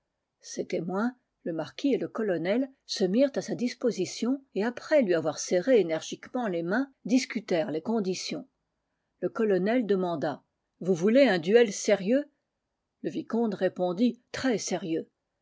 le marquis et le colonel se mirent à sa disposition et après lui avoir serré énergiquement les mains discutèrent les conditions le colonel demanda vous voulez un duel sérieux le vicomte répondit très sérieux